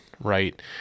right